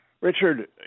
Richard